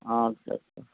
আচ্ছা আচ্ছা